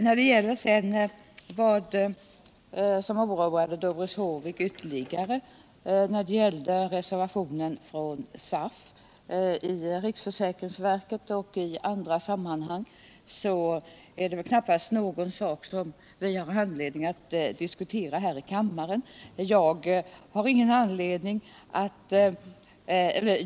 När det sedan gäller vad som oroar Doris Håvik ytterligare med anledning av reservationen från SAF i riksförsäkringsverket och i andra sammanhang, så är det väl knappast något som vi har anledning att diskutera här i kammaren.